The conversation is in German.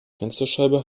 fensterscheibe